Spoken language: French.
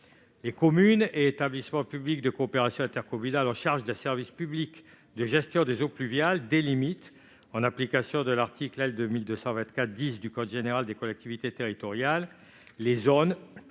Les communes et établissements publics de coopération intercommunale en charge d'un service public de gestion des eaux pluviales délimitent, en application de l'article L. 2224-10 du code général des collectivités territoriales, les zones